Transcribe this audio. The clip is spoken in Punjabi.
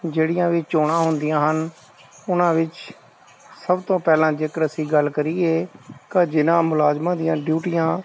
ਜਿਹੜੀਆਂ ਵੀ ਚੋਣਾਂ ਹੁੰਦੀਆਂ ਹਨ ਉਹਨਾਂ ਵਿੱਚ ਸਭ ਤੋਂ ਪਹਿਲਾਂ ਜੇਕਰ ਅਸੀਂ ਗੱਲ ਕਰੀਏ ਕਾ ਜਿਨ੍ਹਾਂ ਮੁਲਾਜ਼ਮਾਂ ਦੀਆਂ ਡਿਊਟੀਆਂ